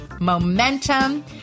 momentum